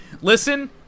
Listen